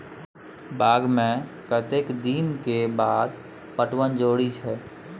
बाग के कतेक दिन के बाद पटवन जरूरी छै?